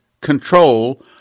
control